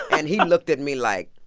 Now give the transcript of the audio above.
and he looked at me like,